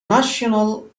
national